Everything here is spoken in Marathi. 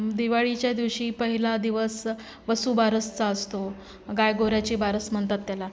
दिवाळीच्या दिवशी पहिला दिवस वसू बारसचा असतो गाय गोऱ्ह्याची बारस म्हणतात त्याला